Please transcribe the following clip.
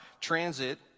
transit